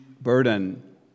burden